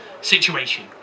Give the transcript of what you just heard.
situation